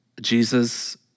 Jesus